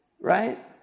Right